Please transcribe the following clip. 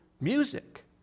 music